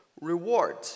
reward